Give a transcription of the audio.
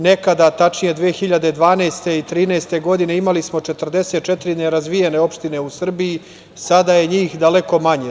Nekada, tačnije 2012. i 2013. godine, imali smo 44 nerazvijene opštine u Srbiji, sada je njih daleko manje.